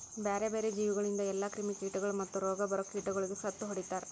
ಬ್ಯಾರೆ ಬ್ಯಾರೆ ಜೀವಿಗೊಳಿಂದ್ ಎಲ್ಲಾ ಕ್ರಿಮಿ ಕೀಟಗೊಳ್ ಮತ್ತ್ ರೋಗ ಬರೋ ಕೀಟಗೊಳಿಗ್ ಸತ್ತು ಹೊಡಿತಾರ್